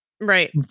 Right